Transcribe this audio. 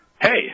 Hey